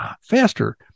faster